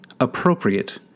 appropriate